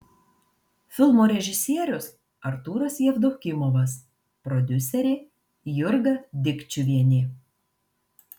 filmo režisierius artūras jevdokimovas prodiuserė jurga dikčiuvienė